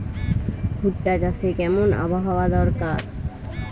ভুট্টা চাষে কেমন আবহাওয়া দরকার?